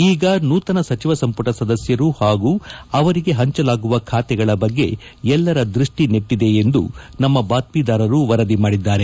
ಈಗ ನೂತನ ಸಚಿವ ಸಂಪುಟ ಸದಸ್ಯರು ಹಾಗೂ ಅವರಿಗೆ ಹಂಚಲಾಗುವ ಖಾತೆಗಳ ಬಗ್ಗೆ ಎಲ್ಲರ ದ್ಬಡ್ಸಿ ನೆಟ್ಟಿದೆ ಎಂದು ನಮ್ಮ ಬಾತ್ಮೀದಾರರು ವರದಿ ಮಾಡಿದ್ದಾರೆ